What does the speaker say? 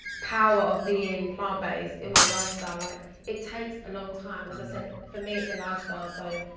power of being plant based in my lifestyle. like it takes a long time. as i said, for me, it's a lifestyle. so,